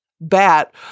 bat